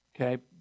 Okay